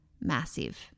Massive